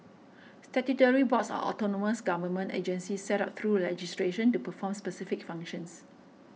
statutory boards are autonomous government agencies set up through legislation to perform specific functions